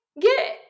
get